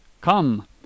come